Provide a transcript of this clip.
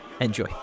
Enjoy